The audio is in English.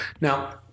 Now